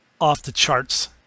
off-the-charts